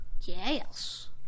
Yes